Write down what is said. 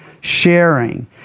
sharing